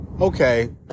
Okay